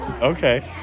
okay